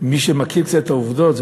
מי שמכיר קצת את העובדות,